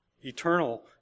Eternal